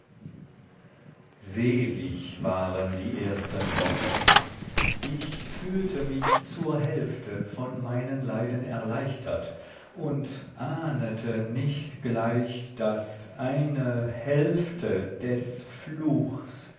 selig waren die ersten wochen ich fühlte mich zur hälfte von meinen leiden erleichtert und ahnete nicht gleich daß eine hälfte des fluchs